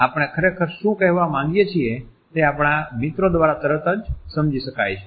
આપણે ખરેખર શું કહેવા માંગીએ છીએ તે આપણા મિત્રો દ્વારા તરત જ સમજી શકાય છે